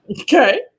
okay